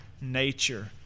nature